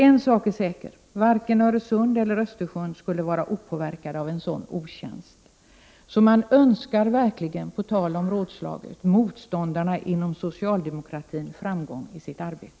En sak är säker: Varken Öresund eller Östersjön skulle vara opåverkad av en sådan otjänst. På tal om rådslaget, önskar jag verkligen motståndarna inom socialdemokratin framgång i sitt arbete.